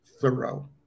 thorough